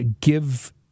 give